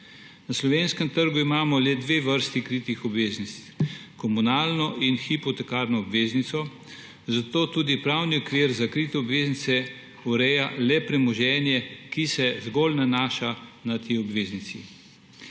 Na slovenskem trgu imamo le dve vrsti kritih obveznic: komunalno in hipotekarno obveznico, zato tudi pravni okvir za krite obveznice ureja le premoženje, ki se zgolj nanaša na te obveznici.